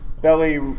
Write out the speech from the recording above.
belly